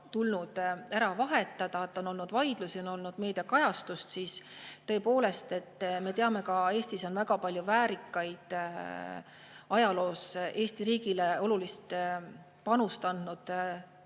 tulnud ära vahetada. On olnud vaidlusi, on olnud meediakajastust. Tõepoolest, me teame, et Eestis on väga palju väärikaid ajaloo jooksul Eesti riigis olulise panuse andnud